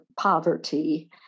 poverty